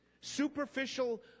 Superficial